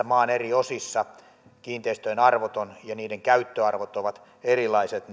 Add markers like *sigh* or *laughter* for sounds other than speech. *unintelligible* maan eri osissa kiinteistöjen arvot ja niiden käyttöarvot ovat erilaiset *unintelligible*